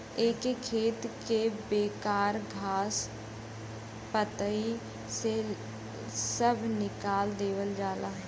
एके खेत के बेकार घास पतई से सभ निकाल देवल जाला